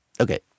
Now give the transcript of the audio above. Okay